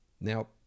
now